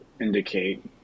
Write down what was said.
indicate